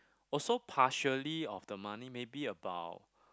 also partially of the money maybe about